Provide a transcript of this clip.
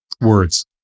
words